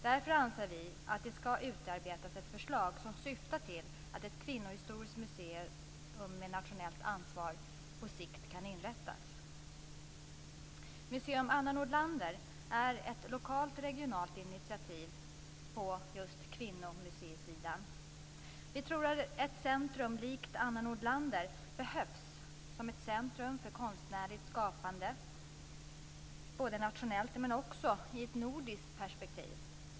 Därför anser vi att det ska utarbetas ett förslag som syftar till att ett kvinnohistoriskt museum med nationellt ansvar på sikt kan inrättas. Museum Anna Nordlander är ett lokalt regionalt initiativ på just kvinnomuseisidan. Vi tror att ett centrum likt Anna Nordlander behövs som ett centrum för konstnärligt skapande både nationellt men också i ett nordiskt perspektiv.